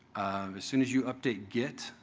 as soon as you update git,